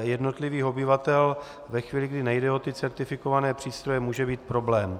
jednotlivých obyvatel, ve chvíli, kdy nejde o certifikované přístroje, může být problém.